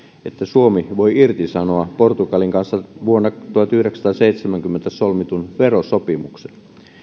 että suomi voi irtisanoa portugalin kanssa vuonna tuhatyhdeksänsataaseitsemänkymmentä solmitun verosopimuksen